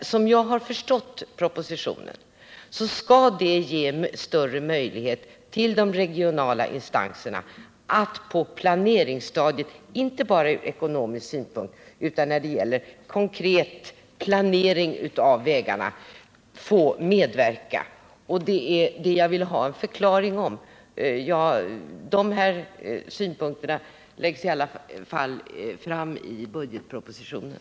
Som jag har förstått propositionen skall det ges större möjligheter till de regionala instanserna att få medverka under planeringsstadiet, inte bara ur ekonomisk synpunkt utan även när det gäller konkret planering av vägarna. Det är detta som jag vill ha en förklaring på. De här synpunkterna läggs i alla fall fram i budgetpropositionen.